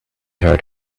hurt